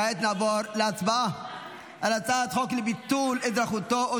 כעת נעבור להצבעה על הצעת חוק לביטול אזרחותו או